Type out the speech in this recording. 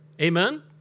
Amen